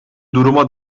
duruma